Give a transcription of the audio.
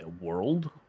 world